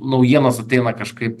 naujienos ateina kažkaip